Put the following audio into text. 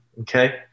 Okay